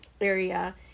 area